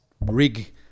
rig